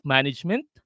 Management